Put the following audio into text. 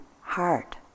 heart